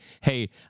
hey